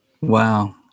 Wow